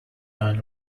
nine